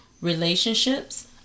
Relationships